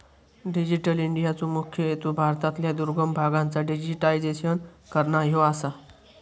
digital इंडियाचो मुख्य हेतू भारतातल्या दुर्गम भागांचा डिजिटायझेशन करना ह्यो आसा